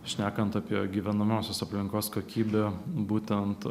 šnekant apie gyvenamosios aplinkos kokybę būtent